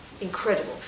Incredible